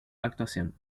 actuación